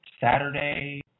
Saturday